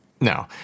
no